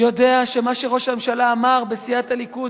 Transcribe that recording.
יודע שמה שראש הממשלה אמר בסיעת הליכוד,